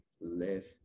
live